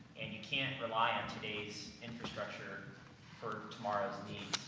and you can't rely on today's infrastructure for tomorrow's needs.